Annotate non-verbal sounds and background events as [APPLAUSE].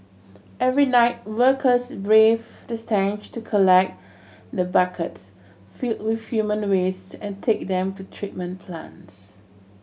every night workers braved the [UNINTELLIGIBLE] to collect the buckets filled with human waste and take them to treatment plants